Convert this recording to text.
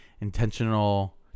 intentional